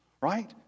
right